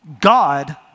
God